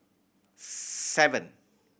seven